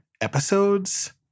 episodes